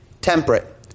temperate